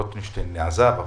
רוטשטיין עזב,